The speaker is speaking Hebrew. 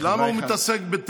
אמרתי להם: